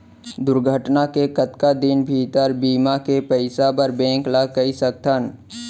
दुर्घटना के कतका दिन भीतर बीमा के पइसा बर बैंक ल कई सकथन?